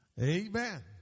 Amen